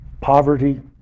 poverty